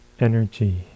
energy